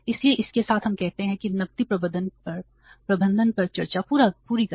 इसलिए इसके साथ हम कहते हैं कि नकदी प्रबंधन पर चर्चा पूरी करें